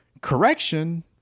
Correction